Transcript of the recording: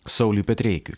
sauliui petreikiui